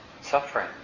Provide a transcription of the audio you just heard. suffering